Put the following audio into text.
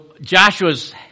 Joshua's